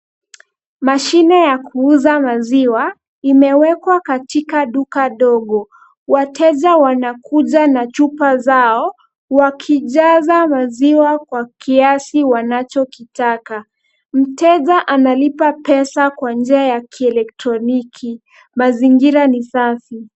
Mashine ya kuuza maziwa imewekwa katika duka dogo. Wateja wanakuja na chupa zao wakijaza maziwa kwa kiasi wanacho kitaka. Mteja analipa pesa kwa njia ya kielektroniki. Mazingira ni safi.